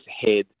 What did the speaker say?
Head